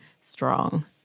strong